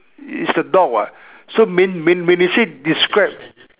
is a dog [what] so when when when you say describe